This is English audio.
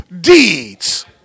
deeds